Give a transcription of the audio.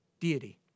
deity